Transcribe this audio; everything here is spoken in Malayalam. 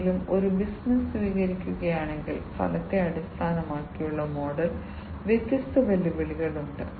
ആരെങ്കിലും ഒരു ബിസിനസ്സ് സ്വീകരിക്കുകയാണെങ്കിൽ ഫലത്തെ അടിസ്ഥാനമാക്കിയുള്ള മോഡൽ വ്യത്യസ്ത വെല്ലുവിളികൾ ഉണ്ട്